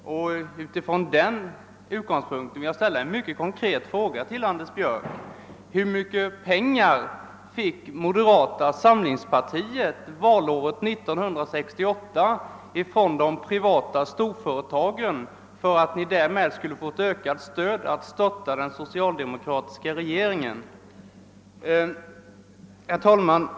Från den utgångspunkten vill jag ställa en mycket konkret fråga till herr Björck: Hur mycket pengar fick moderata samlingspartiet valåret 1968 ifrån de privata storföretagen för att ni därigenom skulle ha ökade möjligheter att störta den socialdemokratiska regeringen? Herr talman!